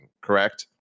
correct